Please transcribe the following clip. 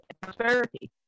prosperity